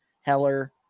Heller